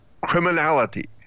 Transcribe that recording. criminality